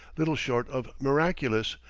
little short of miraculous,